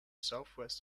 southwest